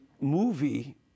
movie